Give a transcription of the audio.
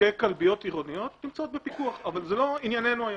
ככלביות עירוניות נמצאות בפיקוח אבל זה לא עניינינו היום.